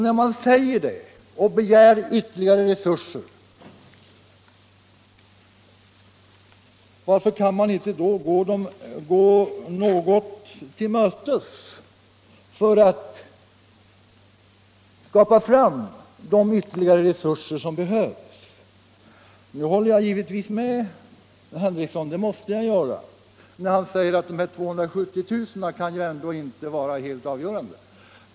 När man nu säger det och begär ytterligare resurser, varför kan vi då inte gå centralbyrån något till mötes och därmed skapa fram de ytterligare resurser som behövs? Jag håller givetvis med herr Henrikson — det måste jag göra — när han säger att 270 000 inte kan vara helt avgörande.